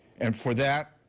and for that,